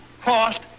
cost